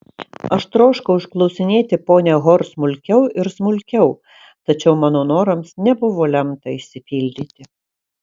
aš troškau išklausinėti ponią hor smulkiau ir smulkiau tačiau mano norams nebuvo lemta išsipildyti